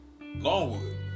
Longwood